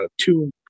two